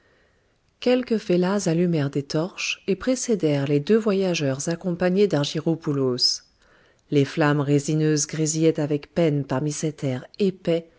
quelques fellahs allumèrent des torches et précédèrent les deux voyageurs accompagnés d'argyropoulos les flammes résineuses grésillaient avec peine parmi cet air épais